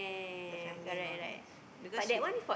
the family and all that because she